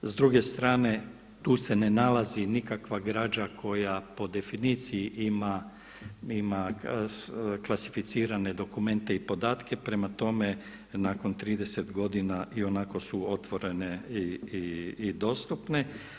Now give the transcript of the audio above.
S druge strane, tu se ne nalazi nikakva građa koja po definiciji ima klasificirane dokumente i podatke, prema tome nakon 30 godina i onako su otvorene i dostupne.